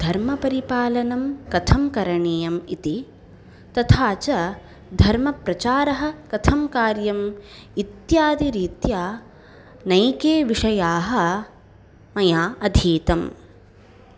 धर्मपरिपालनं कथं करणीयम् इति तथा च धर्मप्रचारः कथं कार्यम् इत्यादिरीत्या नैके विषयाः मया अधीतम्